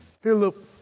Philip